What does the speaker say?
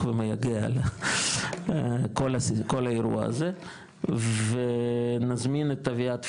ומייגע על כל האירוע הזה ונזמין את אביעד פרידמן,